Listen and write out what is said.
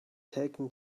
taken